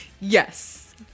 Yes